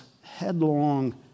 headlong